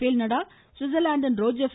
பேல் நடால் சுவிட்சர்லாந்தின் ரோஜர் ர்